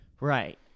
Right